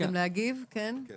גם